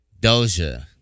Doja